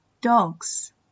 Dogs